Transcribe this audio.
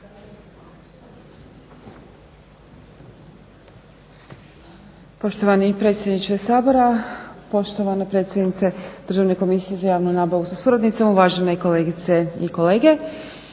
Poštovani predsjedniče Sabora, poštovana predsjednice Državne komisije za javnu nabavu sa suradnicom, uvažene kolegice i kolege.